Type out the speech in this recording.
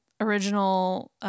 original